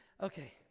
okay